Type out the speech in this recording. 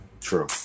True